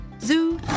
Zoo